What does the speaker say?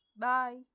Bye